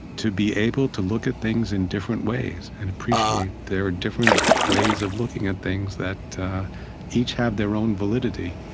to be able to look at things in different ways and appreciate their different ways of looking at things that each have their own validity.